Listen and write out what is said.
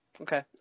okay